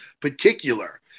particular